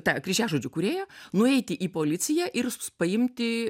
tą kryžiažodžių kūrėją nueiti į policiją ir s paimti